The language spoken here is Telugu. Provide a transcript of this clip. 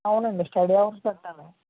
అవును అండి స్టడీ అవర్స్ పెట్టాలి